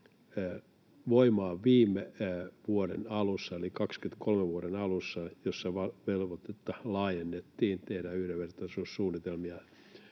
voimaan viime vuoden alussa eli vuoden 23 alussa, jolloin laajennettiin velvoitetta tehdä yhdenvertaisuussuunnitelmia.